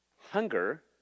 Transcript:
hunger